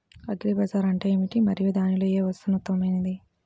Agri Bazaar అంటే ఏమిటి మరియు దానిలో ఏ వస్తువు ఉత్తమమైనది?